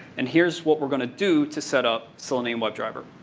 and here's what we're going to do to set up selenium webdriver.